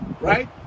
right